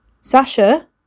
Sasha